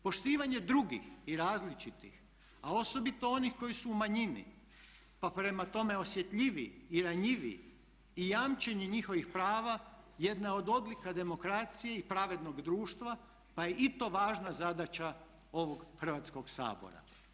Poštivanje drugih i različitih, a osobito onih koji su u manjini, pa prema tome osjetljiviji i ranjiviji i jamčenje njihovih prava jedna je odlika demokracije i pravednog društva, pa je i to važna zadaća ovog Hrvatskog sabora.